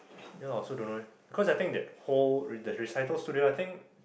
yeah lor I also don't know eh cause I think that whole re~ that recital studio I think